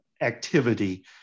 activity